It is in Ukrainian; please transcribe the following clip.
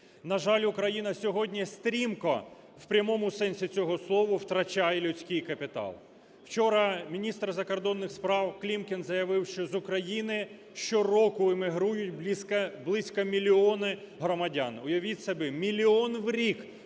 На жаль, Україна сьогодні стрімко, в прямому сенсі цього слова, втрачає людський капітал. Вчора міністр закордонних справ Клімкін заявив, що з України щороку емігрують близько мільйона громадян. Уявіть собі, мільйон у рік